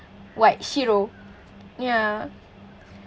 what shiro ya